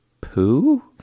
poo